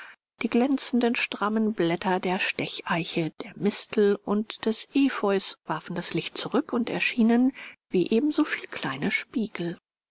die glänzenden strammen blätter der stecheiche der mistel und des epheus warfen das licht zurück und erschienen wie ebensoviel kleine spiegel